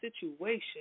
situation